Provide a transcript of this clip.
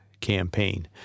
campaign